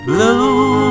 Blue